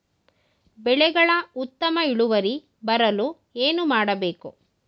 ಬೆಳೆಗಳ ಉತ್ತಮ ಇಳುವರಿ ಬರಲು ಏನು ಮಾಡಬೇಕು?